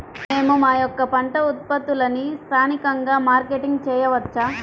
మేము మా యొక్క పంట ఉత్పత్తులని స్థానికంగా మార్కెటింగ్ చేయవచ్చా?